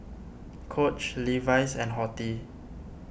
Coach Levi's and Horti